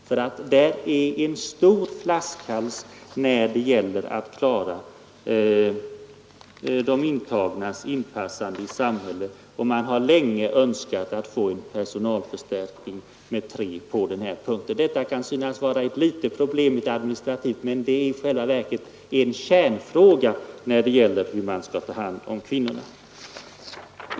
Det finns nämligen en besvärlig flaskhals när det gäller att klara de intagnas inpassande i samhället, och man har länge önskat få en personalförstärkning till tre i det här avseendet. Detta kan synas vara ett litet och administrativt problem, men det är i själva verket en kärnfråga när det gäller hur man skall kunna hjälpa kvinnorna.